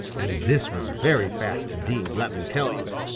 and this was very fast indeed, let me tell you.